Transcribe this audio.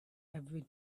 every